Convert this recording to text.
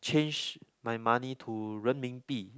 change my money to Renminbi